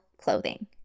Clothing